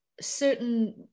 certain